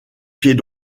pied